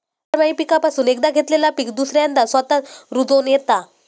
बारमाही पीकापासून एकदा घेतलेला पीक दुसऱ्यांदा स्वतःच रूजोन येता